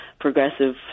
progressive